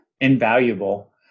invaluable